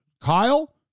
Kyle